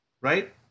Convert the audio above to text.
right